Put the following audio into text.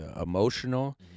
emotional